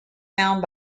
found